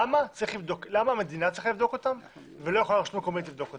למה המדינה צריכה לבדוק אותם ולא יכולה הרשות המקומית לבדוק אותם?